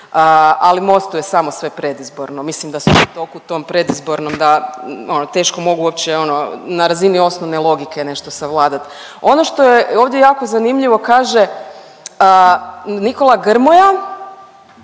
ali Mostu je samo sve predizborno. Mislim da su toliko u tom predizbornom da ono teško mogu uopće ono na razini osnovne logike nešto savladat. Ono što je ovdje jako zanimljivo, kaže Nikola Grmoja